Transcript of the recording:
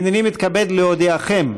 הינני מתכבד להודיעכם,